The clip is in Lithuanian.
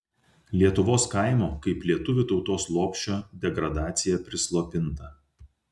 lietuvos kaimo kaip lietuvių tautos lopšio degradacija prislopinta